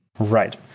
right.